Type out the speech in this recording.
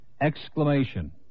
exclamation